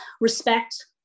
Respect